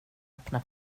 öppnar